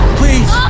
please